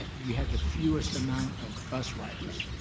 you had the fewest amount of bus riders.